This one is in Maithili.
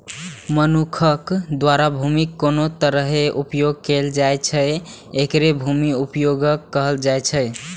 मनुक्ख द्वारा भूमिक कोन तरहें उपयोग कैल जाइ छै, एकरे भूमि उपयोगक कहल जाइ छै